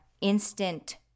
instant